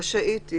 רשאית היא,